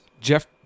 Jeff